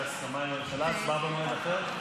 התשפ"ג 2022,